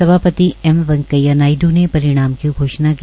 सभापति एम वैंकेया नायड् ने परिणाम की घोषणा की